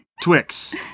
Twix